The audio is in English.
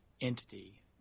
entity